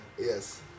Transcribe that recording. Yes